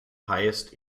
highest